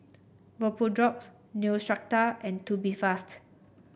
Vapodrops Neostrata and Tubifast